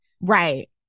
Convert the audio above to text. Right